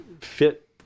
fit